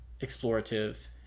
explorative